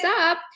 up